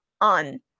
on